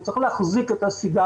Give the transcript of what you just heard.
הוא צריך להחזיק את הסיגריה.